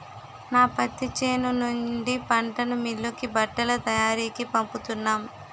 నా పత్తి చేను నుండి పంటని మిల్లుకి బట్టల తయారికీ పంపుతున్నాం